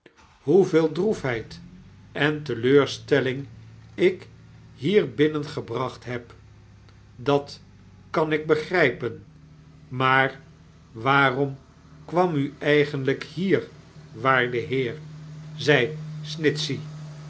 hoeveel droefheid en teleurstelling ik hier binnengebracht heb dat kan ik begrijperii maar waarom kwam u edgenlijk hier waarde heer zed